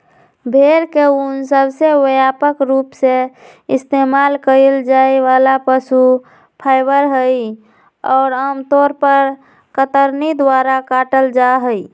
भेड़ के ऊन सबसे व्यापक रूप से इस्तेमाल कइल जाये वाला पशु फाइबर हई, और आमतौर पर कतरनी द्वारा काटल जाहई